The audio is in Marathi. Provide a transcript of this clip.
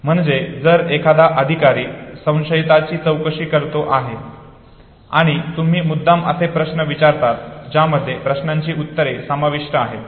म्हणजे जर एखादा अधिकारी संशयिताची चौकशी करतो आहे आणि तुम्ही मुद्दाम असे प्रश्न विचारतात ज्यामध्ये प्रश्नाची उत्तरे समाविष्ट आहेत